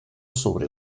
sobre